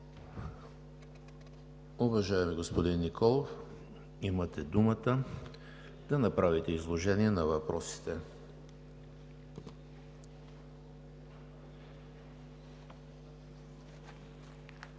Уважаеми господин Николов, имате думата да направите изложение на въпросите.